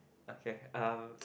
okay um